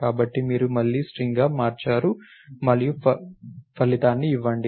కాబట్టి మీరు మళ్లీ స్ట్రింగ్గా మార్చారు మరియు ఫలితాన్ని ఇవ్వండి